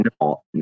no